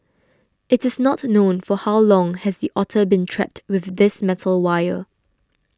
it is not known for how long has the otter been trapped with this metal wire